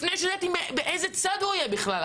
לפני שידעתי באיזה צד הוא יהיה בכלל.